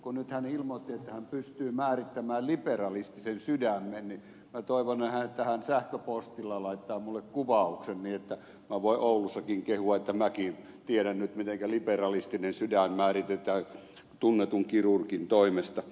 kun nyt hän ilmoitti että hän pystyy määrittämään liberalistisen sydämen niin minä toivon että hän sähköpostilla laittaa minulle kuvauksen niin että minä voin oulussakin kehua että minäkin tiedän nyt miten liberalistinen sydän määritetään tunnetun kirurgin toimesta